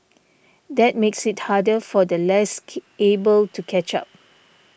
that makes it harder for the less able to catch up